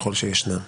ככל שישנם,